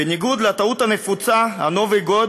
בניגוד לטעות הנפוצה, הנובי גוד